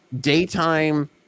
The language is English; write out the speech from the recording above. daytime